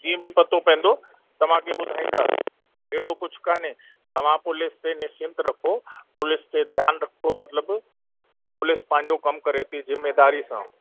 जीअं बि पतो पवंदो तवांखे ॿुधाईंदा अहिड़ो कुझु काने तव्हां पुलिस ते निश्चिंत रखो पुलिस ते ध्यानु रखो मतलबु पुलिस पंहिंजो कमु करे पेई ज़िमेदारीअ सां